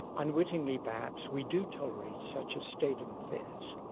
unwittingly perhaps, we do tolerate such a state of affairs.